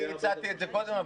הצעתי את זה קודם,